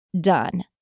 done